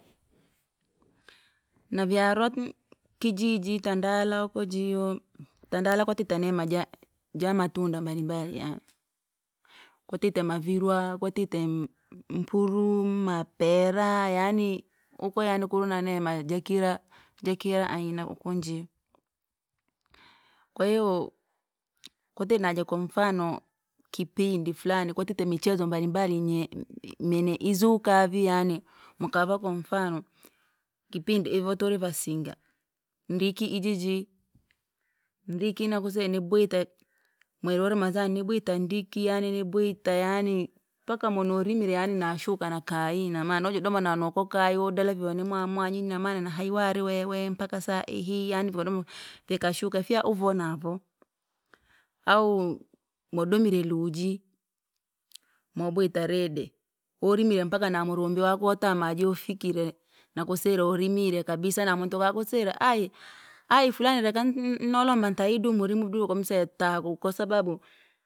Navyarwaku kujiji tandala ukjiyo, tandala kwatete neema ja- jamatunda mbalimbali, kwatite mavirwa, kwatite mpuru, mapera, yaani uko yaani kuri naneema jakira jakira aina uko njiyo. Kwahiyo, kwatite naja kwamfano kipindi fulani kwakite michezo mbalimbali mwe- mweneizuka vii yani, mukava kwa mfano, kipindi iko turi vasinga, ndiki ijiji, ndiki nakusire nibwita, mweri wa ramadhani nibwita ndiki yaani nibwita yani, mpaka mwene riminya yaani nashuka nakayi inamona majodoma na nookakayo dalaviwa ni mwamwanyu inamana nihayi waniwerewe mpaka saihi yaani vyauluma, vikashuka fyauvona navo. Au mudonine luji, mwabwita rede, warimile mpaka na murumbi waku wotaha maji ufikire, nakusire warimirye kabisa na muntu vakusre ayi, ayi fulani nolomba ntahe idume rimudu vii wakamseya taha, kwasababu.